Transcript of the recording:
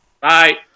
Bye